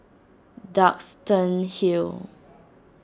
Duxton Hill